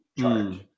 charge